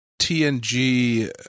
TNG –